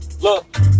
look